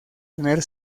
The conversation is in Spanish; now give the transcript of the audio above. tener